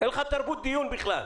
אין לך תרבות דיון בכלל.